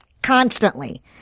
Constantly